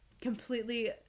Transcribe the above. completely